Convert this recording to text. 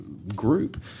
Group